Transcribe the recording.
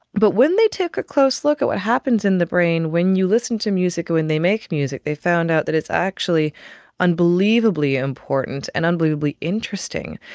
but when they took a close look at what happens in the brain when you listen to music and when they make music, they found out that it's actually unbelievably important and unbelievably interesting.